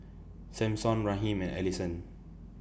Sampson Raheem and Alisson